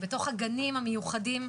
בתוך הגנים המיוחדים,